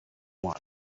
one